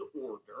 order